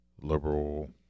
liberal